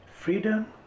Freedom